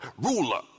ruler